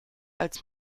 als